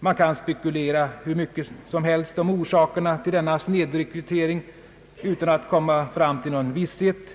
Man kan spekulera hur mycket som helst om orsakerna till denna snedrekrytering utan att komma fram till någon visshet,